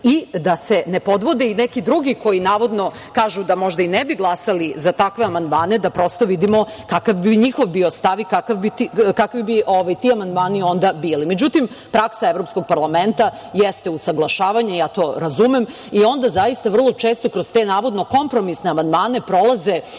i da se ne podvode i neki drugi koji navodno kažu da možda i ne bi glasali za takve amandmane, da prosto vidimo kakav bi njihov bio stav i kakvi bi ti amandmani onda bili.Međutim, praksa Evropskog parlamenta jeste usaglašavanje, ja to razumem, i onda zaista vrlo često kroz te navodno kompromisne amandmane prolaze